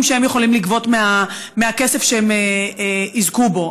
שהם יכולים לגבות מהכסף שהם יזכו בו.